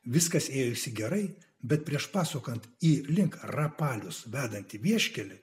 viskas ėjosi gerai bet prieš pasukant į link rapalius vedantį vieškelį